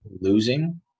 losing